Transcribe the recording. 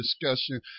discussion